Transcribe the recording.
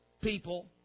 people